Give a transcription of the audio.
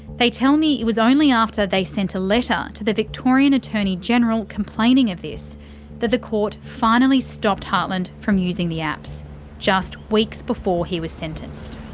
they tell me it was only after they sent a letter to the victorian attorney general complaining of this that the court finally stopped hartland from using the apps just weeks before he was sentenced.